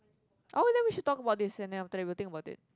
oh then we should talk about this and then after that we will think about it